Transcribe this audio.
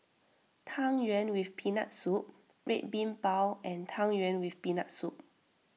Tang Yuen with Peanut Soup Red Bean Bao and Tang Yuen with Peanut Soup